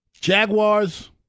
Jaguars